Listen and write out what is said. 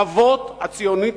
אבות הציונות